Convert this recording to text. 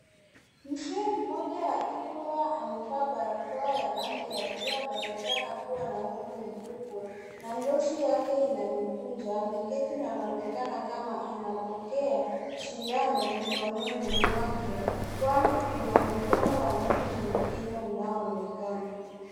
Mzee mmoja akiwa amevaa barakoa ya rangi ya blu anaonekana akiwa na umri mkubwa na ngozi yake ina mikunjo ameketi na anaonekama kama anapokea shindano mkononi mwake kwani kuna mkono wa mtu mwingine unaoonekana.